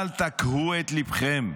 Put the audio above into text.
אל תקהו את ליבכם,